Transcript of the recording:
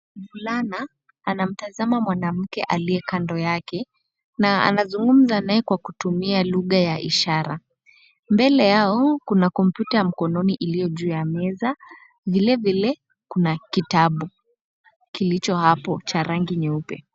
Mvulana anamtazama mwanamke aliye kando yake na anazungumza naye kwa kutumia lugha ya ishara. Mbele yao, kuna kompyuta ya mkononi iliyo juu ya meza, na vilevile kuna kitabu kilicho hapo, chenye rangi nyeupe.